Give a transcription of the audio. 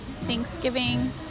Thanksgiving